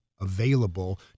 available